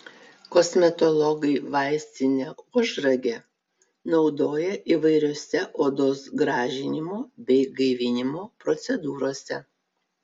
kosmetologai vaistinę ožragę naudoja įvairiose odos gražinimo bei gaivinimo procedūrose